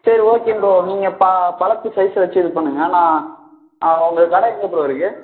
சரி okay bro நீங்கள் ப பழத்து சைஸை வச்சி இது பண்ணுங்கள் நான் உங்கள் கடை எங்கே ப்ரோ இருக்குது